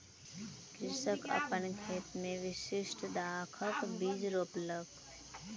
कृषक अपन खेत मे विशिष्ठ दाखक बीज रोपलक